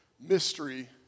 mystery